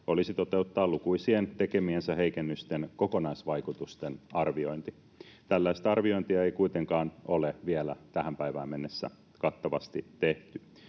olisi toteuttaa lukuisien tekemiensä heikennysten kokonaisvaikutusten arviointi. Tällaista arviointia ei kuitenkaan ole vielä tähän päivään mennessä kattavasti tehty.